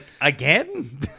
again